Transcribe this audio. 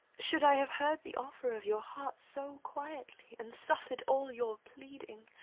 should i have heard the offer of your heart so quietly, and suffered all your pleading,